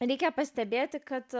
reikia pastebėti kad